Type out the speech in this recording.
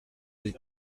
des